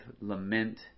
lament